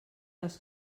les